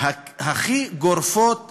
הכי גורפות שיש,